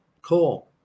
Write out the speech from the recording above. cool